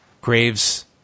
Graves